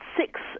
Six